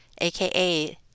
aka